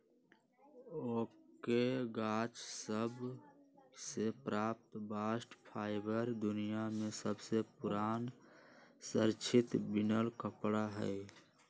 oak के गाछ सभ से प्राप्त बास्ट फाइबर दुनिया में सबसे पुरान संरक्षित बिनल कपड़ा हइ